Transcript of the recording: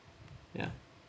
ya